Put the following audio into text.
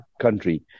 country